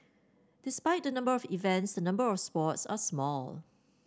despite the number of events the number of sports are small